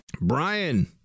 Brian